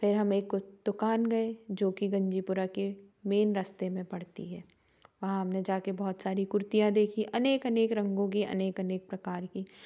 फिर हम एक दुकान गए जो गंजीपुरा के मेन रास्ते में पड़ती है वहाँ हमने जा के बहुत सारी कुर्तियाँ देखी अनेक अनेक रंगों की अनेक अनेक प्रकार की